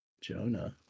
jonah